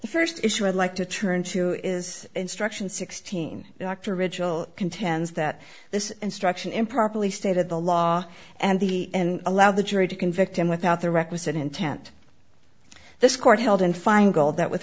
the st issue i'd like to turn to is instruction sixteen dr ritual contends that this instruction improperly stated the law and the and allow the jury to convict him without the requisite intent this court held in fine gold that with